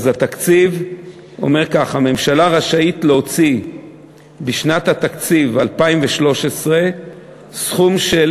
אז התקציב אומר כך: הממשלה רשאית להוציא בשנת התקציב 2013 סכום של